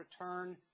return